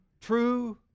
true